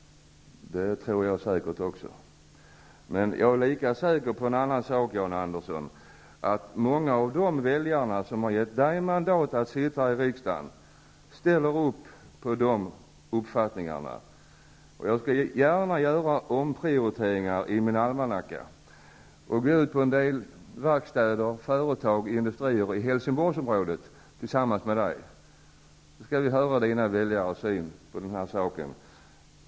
Det tror jag säkert. Men jag är lika säker på en annan sak, och det är att många av de väljare som har gett Jan Andersson mandat att sitta i riksdagen ställer upp på de uppfattningarna. Jag skall gärna göra omprioriteringar i min almanacka och gå ut på en del verkstäder, företag och industrier i Helsingborgsområdet tillsammans med Jan Andersson för att få höra hans väljares syn på den här saken.